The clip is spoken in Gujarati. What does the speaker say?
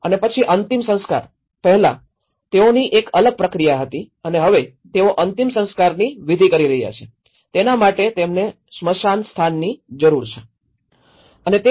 અને પછી અંતિમ સંસ્કાર પહેલાં તેઓની એક અલગ પ્રક્રિયા હતી અને હવે તેઓ અંતિમ સંસ્કારની વિધિ કરી રહ્યા છે તેના માટે તેમને સ્મશાન સ્થાનની જરૂર પડે છે